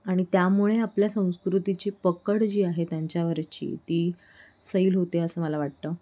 आणि त्यामुळे आपल्या संस्कृतीची पकड जी आहे त्यांच्यावरची ती सैल होते असं मला वाटतं